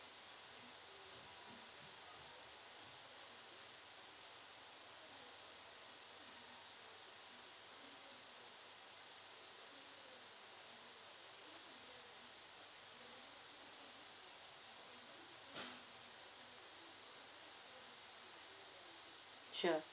sure